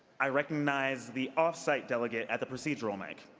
i recognize the off-site delegate at the procedural mic.